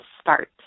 start